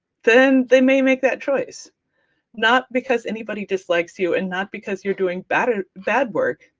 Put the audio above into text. then they may make that choice not because anybody dislikes you, and not because you're doing bad ah bad work,